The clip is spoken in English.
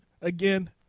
again